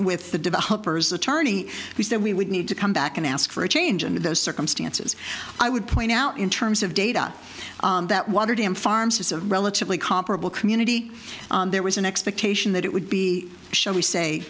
with the developers attorney we said we would need to come back and ask for a change and in those circumstances i would point out in terms of data that water dam farms is a relatively comparable community there was an expectation that it would be shall we say